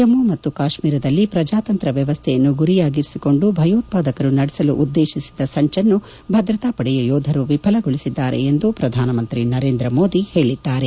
ಜಮ್ಮ ಮತ್ತು ಕಾಶ್ಮೀರದಲ್ಲಿ ಪ್ರಜಾತಂತ್ರ ವ್ಯವಸ್ಥೆಯನ್ನು ಗುರಿಯಾಗಿಸಿಕೊಂಡು ಭಯೋತ್ವಾದಕರು ನಡೆಸಲು ಉದ್ದೇಶಿಸಿದ್ದ ಸಂಚನ್ನು ಭದ್ರತಾ ಪಡೆಗಳು ವಿಫಲಗೊಳಿಸಿವೆ ಎಂದು ಪ್ರಧಾನಮಂತ್ರಿ ನರೇಂದ್ರ ಮೋದಿ ಹೇಳಿದ್ದಾರೆ